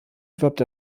wirbt